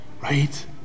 Right